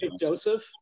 Joseph